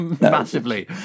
Massively